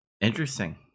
interesting